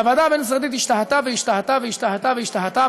והוועדה הבין-משרדית השתהתה והשתהתה והשתהתה והשתהתה,